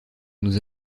nous